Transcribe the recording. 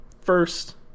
first